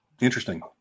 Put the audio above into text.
Interesting